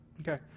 Okay